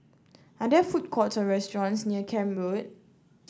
are there food courts or restaurants near Camp Road